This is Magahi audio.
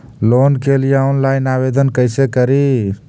लोन के लिये ऑनलाइन आवेदन कैसे करि?